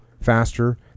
faster